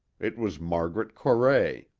it was margaret corray!